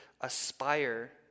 aspire